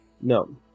No